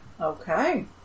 Okay